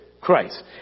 Christ